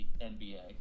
NBA